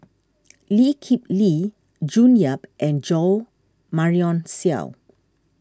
Lee Kip Lee June Yap and Jo Marion Seow